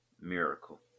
Miracle